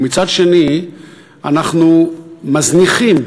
ומצד שני אנחנו מזניחים